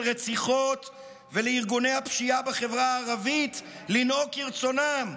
רציחות ולארגוני הפשיעה בחברה הערבית לנהוג כרצונם,